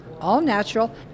all-natural